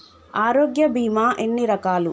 ఆరోగ్య బీమా ఎన్ని రకాలు?